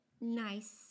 nice